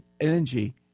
energy